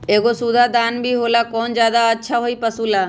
एगो सुधा दाना भी होला कौन ज्यादा अच्छा होई पशु ला?